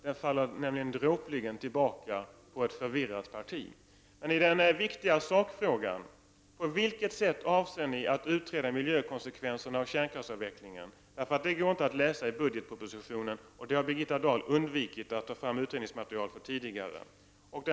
Den faller nämligen dråpligen tillbaka på ett förvirrat parti. En viktig sakfråga är emellertid: På vilket sätt avser regeringen att utreda miljökonsekvenserna av kärnkraftsavvecklingen? Detta går inte att läsa sig till i budgetpropositionen, och Birgitta Dahl har tidigare undvikit att ta fram utredningsmaterial när det gäller denna fråga.